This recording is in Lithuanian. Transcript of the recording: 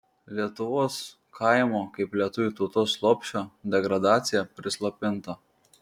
lietuvos kaimo kaip lietuvių tautos lopšio degradacija prislopinta